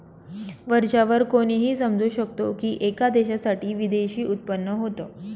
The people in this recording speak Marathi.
वरच्या वर कोणीही समजू शकतो की, एका देशासाठी विदेशी उत्पन्न होत